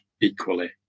equally